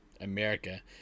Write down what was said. America